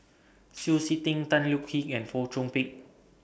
Shui Tit Sing Tan Thoon Lip and Fong Chong Pik